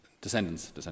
descendants